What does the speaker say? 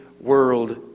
world